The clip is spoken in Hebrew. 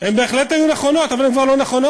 הן בהחלט היו נכונות, אבל הן כבר לא נכונות.